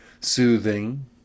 soothing